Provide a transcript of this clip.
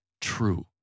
true